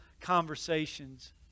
conversations